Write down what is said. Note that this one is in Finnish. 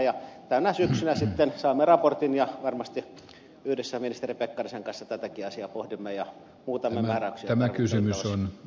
tänä syksynä sitten saamme raportin ja varmasti yhdessä ministeri pekkarisen kanssa tätäkin asiaa pohdimme ja muutamme määräyksiä jos tarvetta on